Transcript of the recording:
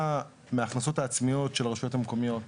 מההכנסות העצמיות של הרשויות המקומיות,